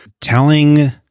telling